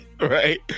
right